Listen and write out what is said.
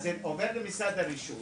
זה עובר למשרד הרישוי,